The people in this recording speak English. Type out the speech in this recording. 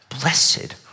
blessed